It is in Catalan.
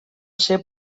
ser